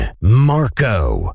Marco